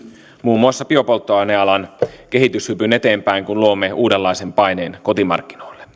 muun muassa biopolttoainealan kehityshypyn eteenpäin kun luomme uudenlaisen paineen kotimarkkinoille